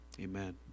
Amen